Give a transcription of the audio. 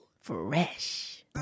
Fresh